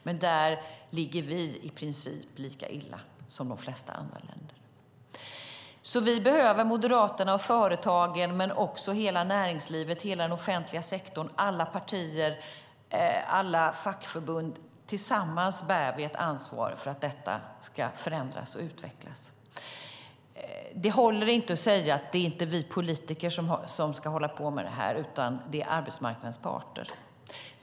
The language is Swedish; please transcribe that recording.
Men där ligger vi i princip lika illa till som de flesta andra länder. Vi behöver Moderaterna och företagen, men också hela näringslivet, hela den offentliga sektorn, alla partier och alla fackförbund. Tillsammans bär vi ett ansvar för att detta ska förändras och utvecklas. Det håller inte att säga att det inte är vi politiker som ska hålla på med det här utan att det är arbetsmarknadens parter.